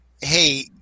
hey